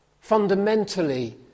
Fundamentally